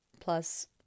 plus